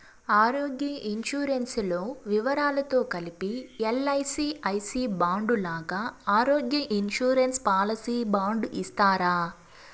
ఆరోగ్య ఇన్సూరెన్సు లో వివరాలతో కలిపి ఎల్.ఐ.సి ఐ సి బాండు లాగా ఆరోగ్య ఇన్సూరెన్సు పాలసీ బాండు ఇస్తారా?